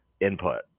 input